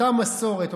אותה מסורת,